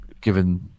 given